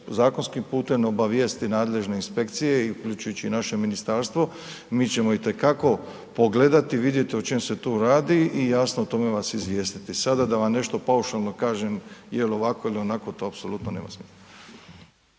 zakonskim putem obavijesti nadležne inspekcije uključujući i naše ministarstvo, mi ćemo itekako pogledati, vidjeti o čemu se tu radi i jasno, o tome vas izvijestiti. Sada da vam nešto paušalno kažem jel ovako ili onako, to apsolutno nema smisla.